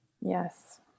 Yes